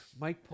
Mike